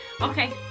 okay